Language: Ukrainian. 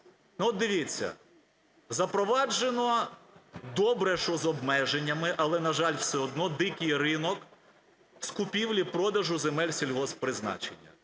Ну, от дивіться, запроваджено, добре, що з обмеженнями, але, на жаль, все одно дикий ринок з купівлі-продажу земель сільгосппризначення.